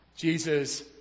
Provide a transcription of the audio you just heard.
Jesus